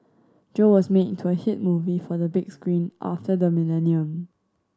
Joe was made into a hit movie for the big screen after the millennium